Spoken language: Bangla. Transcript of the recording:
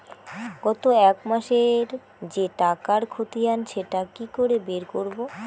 গত এক মাসের যে টাকার খতিয়ান সেটা কি করে বের করব?